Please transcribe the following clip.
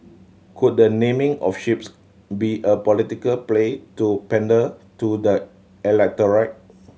could the naming of ships be a political play to pander to the electorate